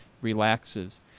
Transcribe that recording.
relaxes